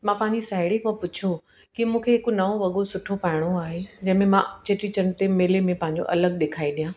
मां पंहिंजी साहेड़ी खां पुछियो कि मूंखे हिकु नओं वॻो सुठो पाइणो आहे जंहिं में मां चेटीचंड ते मेले में पंहिंजो अलॻि ॾिखाई ॾिया